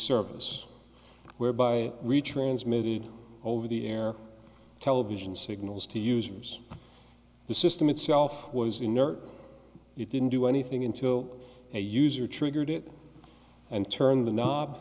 service whereby retransmitted over the air television signals to users the system itself was inert it didn't do anything until a user triggered it and turned the knob